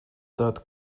that